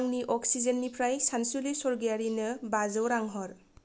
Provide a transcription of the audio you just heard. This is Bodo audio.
आंनि अक्सिजेननिफ्राय सानसुलि सोरगियारिनो बाजौ रां हर